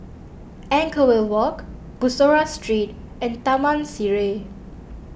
Anchorvale Walk Bussorah Street and Taman Sireh